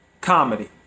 comedy